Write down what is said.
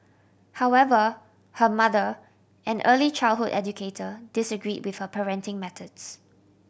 however her mother an early childhood educator disagreed with her parenting methods